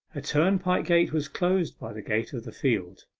a turnpike-gate was close by the gate of the field.